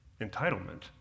entitlement